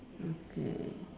okay